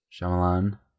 Shyamalan